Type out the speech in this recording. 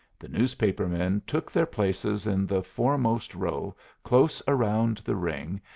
the newspaper men took their places in the foremost row close around the ring,